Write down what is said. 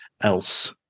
else